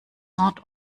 not